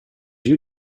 you